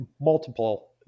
multiple